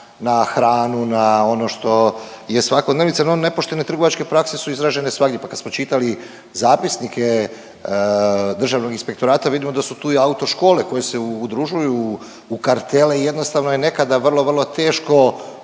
na hranu, na ono što je svakodnevica. No nepoštene trgovačke prakse su izražene svagdje, pa kad smo čitali zapisnike Državnog inspektorata vidimo da su tu i autoškole koje se udružuju u kartele i jednostavno je nekada vrlo, vrlo teško